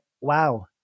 Wow